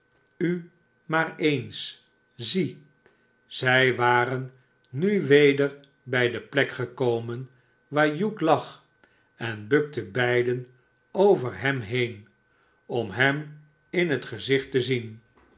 u maar eens zie tt zij waren nu weder bij de plek gekomen waar hugh lag en bukten beiden over hem heen om hem in het gezicht te zien